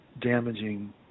damaging